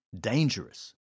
dangerous